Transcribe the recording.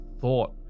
thought